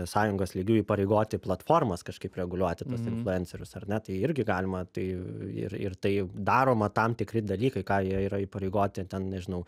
sąjungos lygiu įpareigoti platformas kažkaip reguliuoti tuos influencerius ar ne tai irgi galima tai ir ir tai daroma tam tikri dalykai ką jie yra įpareigoti ten nežinau